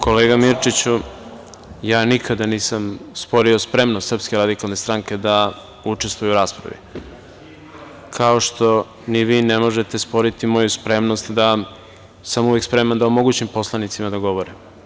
Kolega Mirčiću, ja nikada nisam sporio spremnost SRS da učestvuje u raspravi, kao što ni vi ne možete sporiti moju spremnost da samo uvek spreman da omogućim poslanicima da govore.